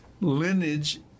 lineage